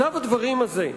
מצב הדברים הזה,